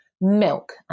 milk